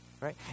right